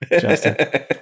Justin